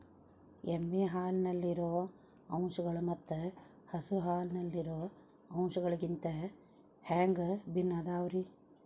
ಎಮ್ಮೆ ಹಾಲಿನಲ್ಲಿರೋ ಅಂಶಗಳು ಮತ್ತ ಹಸು ಹಾಲಿನಲ್ಲಿರೋ ಅಂಶಗಳಿಗಿಂತ ಹ್ಯಾಂಗ ಭಿನ್ನ ಅದಾವ್ರಿ?